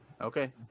Okay